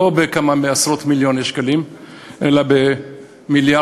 לא בכמה עשרות מיליוני שקלים אלא במיליארדים,